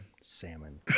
Salmon